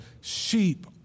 Sheep